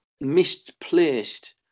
misplaced